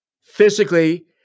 physically